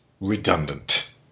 redundant